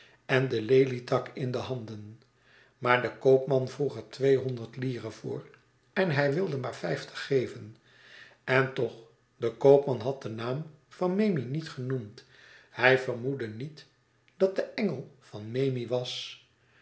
en de lelietak in de handen maar de koopman vroeg er tweehonderd lire voor en hij wilde maar vijftig geven en toch de koopman had den naam van memmi niet genoemd hij vermoedde niet dat de engel van memmi was